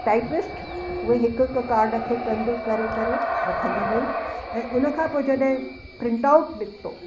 typist उहे हिकु हिकु काड खे कंदे करे करे रखंदी वेई ऐं हुन खां पोइ जॾहिं प्रिंट आऊट निकितो